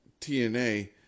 TNA